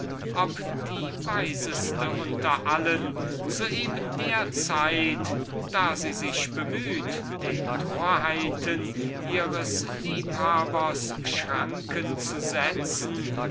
ob die weiseste unter allen zu eben der zeit da sie sich bemüht den torheiten ihres liebhabers schranken zu setzen